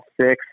six